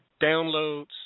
downloads